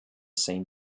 same